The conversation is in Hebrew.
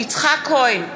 יצחק כהן,